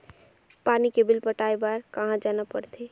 पानी के बिल पटाय बार कहा जाना पड़थे?